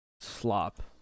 slop